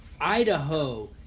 Idaho